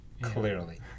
clearly